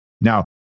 Now